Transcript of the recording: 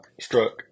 struck